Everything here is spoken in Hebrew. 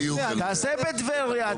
תעשה בטבריה,